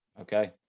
Okay